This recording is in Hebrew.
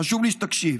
חשוב לי שתקשיב,